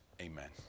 Amen